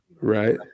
Right